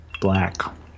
Black